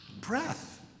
Breath